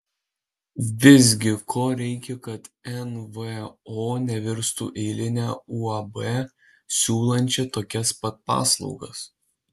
visgi ko reikia kad nvo nevirstų eiline uab siūlančia tokias pat paslaugas